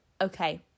okay